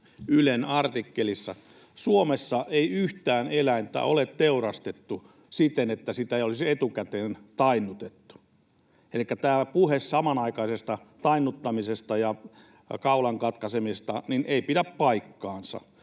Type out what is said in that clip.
Ylen artikkelissa: Suomessa ei yhtään eläintä ole teurastettu siten, että sitä ei olisi etukäteen tainnutettu. Elikkä tämä puhe samanaikaisesta tainnuttamisesta ja kaulan katkaisemisesta ei pidä paikkaansa,